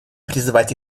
призывать